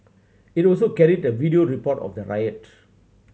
it also carried a video report of the riot